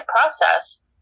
process